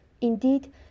Indeed